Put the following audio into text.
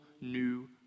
new